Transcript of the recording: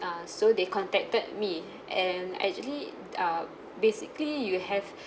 uh so they contacted me and actually uh basically you have